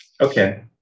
Okay